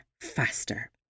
faster